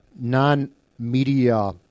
non-media